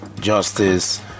justice